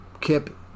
Kip